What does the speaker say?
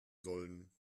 sollen